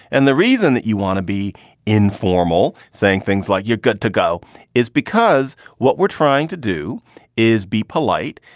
and the reason that you want to be informal, saying things like you're good to go is because what we're trying to do is be polite.